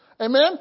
Amen